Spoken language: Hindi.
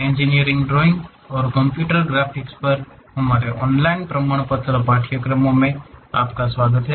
इंजीनियरिंग ड्राइंग और कंप्यूटर ग्राफिक्स पर हमारे ऑनलाइन प्रमाणपत्र पाठ्यक्रमों में आपका स्वागत है